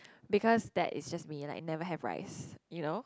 because that is just mee like never have rice you know